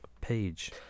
page